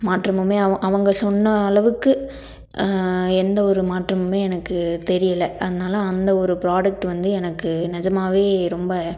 மாற்றமுமே அவு அவங்க சொன்ன அளவுக்கு எந்த ஒரு மாற்றமுமே எனக்கு தெரியல அதனால அந்த ஒரு ப்ராடெக்ட் வந்து எனக்கு நிஜமாவே ரொம்ப